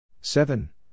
seven